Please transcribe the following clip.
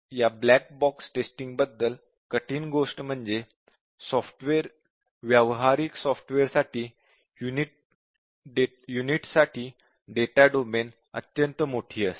या black box टेस्टिंगबद्दल कठीण गोष्ट म्हणजे व्यावहारिक सॉफ्टवेअरसाठी युनिट साठी डेटा डेटा डोमेन अत्यंत मोठी असेल